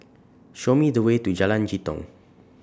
Show Me The Way to Jalan Jitong